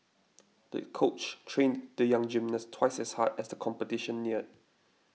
the coach trained the young gymnast twice as hard as the competition neared